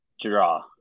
draw